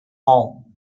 all